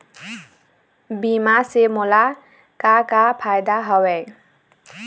बीमा से मोला का का फायदा हवए?